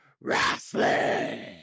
wrestling